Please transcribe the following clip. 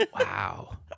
Wow